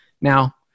Now